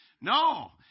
No